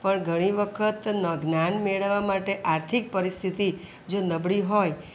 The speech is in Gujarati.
પણ ઘણી વખત જ્ઞાન મેળવવા માટે આર્થિક પરિસ્થિતિ જો નબળી હોય